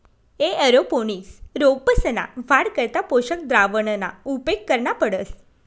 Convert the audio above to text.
aeroponics रोपंसना वाढ करता पोषक द्रावणना उपेग करना पडस